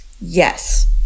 yes